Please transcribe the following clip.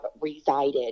resided